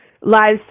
live